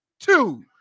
Two